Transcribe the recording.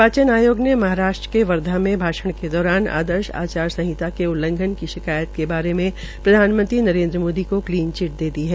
निर्वाचन आयोग ने महाराष्ट्र के वर्धा में भाषण के दौरान आदर्श च्नाव संहिता के उल्लंघन की शिकायत के बारे में प्रधानमंत्री नरेन्द्र मोदी को क्लीन चिट दे दी है